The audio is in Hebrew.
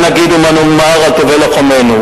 מה נגיד ומה נאמר על טובי לוחמינו,